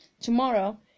Tomorrow